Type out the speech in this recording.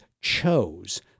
chose